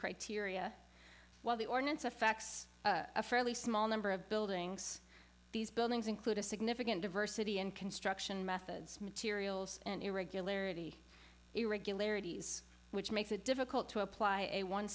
criteria while the ordinance affects a fairly small number of buildings these buildings include a significant diversity in construction methods materials and irregularity irregularities which makes it difficult to apply a one